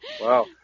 Wow